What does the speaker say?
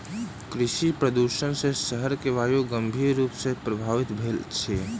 कृषि प्रदुषण सॅ शहर के वायु गंभीर रूप सॅ प्रभवित भेल अछि